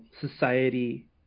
society